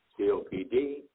COPD